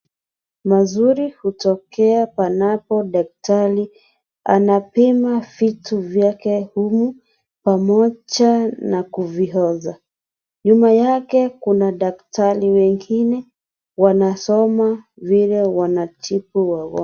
Mazuri hutokea panapo daktari. Anapima vitu vyake huku pamoja na kuvihoza . Nyuma yake kuna daktari wengine wanasoma vile wanajibu wagonjwa.